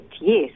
yes